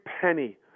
penny